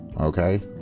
okay